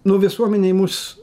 nu visuomenė į mus